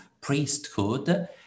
priesthood